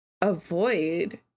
avoid